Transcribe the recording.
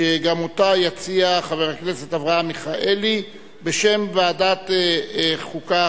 שגם אותה יציג חבר הכנסת אברהם מיכאלי בשם ועדת החוקה,